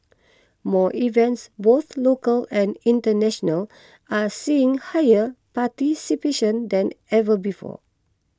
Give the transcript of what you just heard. more events both local and international are seeing higher participation than ever before